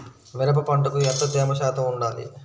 మిరప పంటకు ఎంత తేమ శాతం వుండాలి?